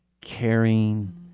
caring